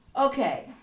Okay